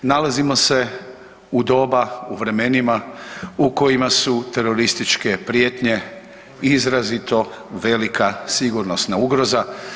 Nalazimo se u doba u vremenima u kojima su terorističke prijetnje izrazito velika sigurnosna ugroza.